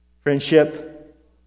Friendship